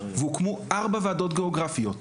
והוקמו ארבע ועדות גיאוגרפיות,